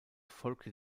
folgte